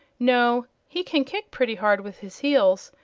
no! he can kick pretty hard with his heels,